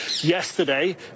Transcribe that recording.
yesterday